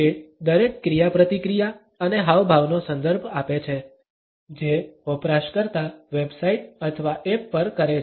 તે દરેક ક્રિયાપ્રતિક્રિયા અને હાવભાવનો સંદર્ભ આપે છે જે વપરાશકર્તા વેબસાઇટ અથવા એપ પર કરે છે